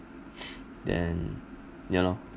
then ya lor